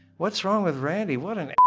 what's wrong with randy? what an.